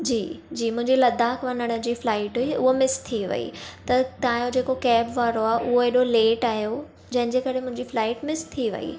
जी जी मुंहिंजी लद्दाख वञण जी फ्लाइट हुई उह मिस थी वई त तव्हां जो जेको कैब वारो आहे उहो अॾो लेट आयो जंहिंजे करे मुंहिंजी फ्लाइट मिस थी वई